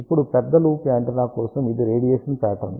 ఇప్పుడు పెద్ద loop antenna కోసం ఇది రేడియేషన్ పాట్రన్